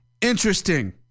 Interesting